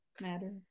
matter